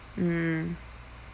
mm